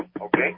Okay